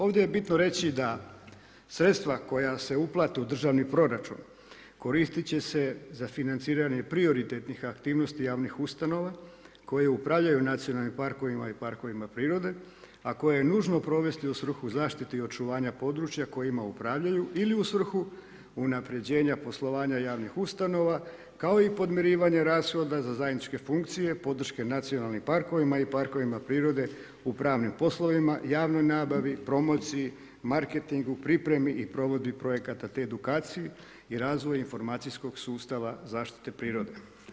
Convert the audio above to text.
Ovdje je bitno reći da sredstva koja se uplate u državni proračun koristit će se za financiranje prioritetnih aktivnosti javnih ustanova koje upravljaju nacionalnim parkovima i parkovima prirode a koje je nužno provesti u svrhu zaštite i očuvanja područja kojima upravljaju ili u svrhu unapređenja poslovanja javnih ustanova kao i podmirivanje rashoda za zajedničke funkcije, podrške nacionalnim parkovima i parkovima prirode u pravnim poslovima, javnoj nabavi, promociji, marketingu, pripremi i provedbi projekata te edukaciji i razvoju informacijskog sustava zaštite prirode.